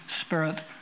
Spirit